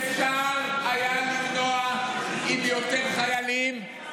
אפשר היה למנוע עם יותר חיילים,